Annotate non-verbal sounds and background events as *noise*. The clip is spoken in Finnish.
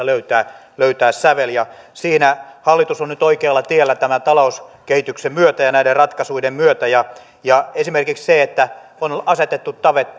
*unintelligible* löytää löytää sävel siinä hallitus on nyt oikealla tiellä tämän talouskehityksen myötä ja näiden ratkaisuiden myötä ja ja esimerkiksi siinä että on asetettu